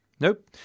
Nope